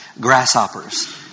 grasshoppers